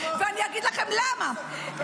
ואני אגיד לכם למה,